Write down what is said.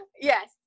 yes